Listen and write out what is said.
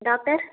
doctor